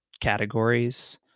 categories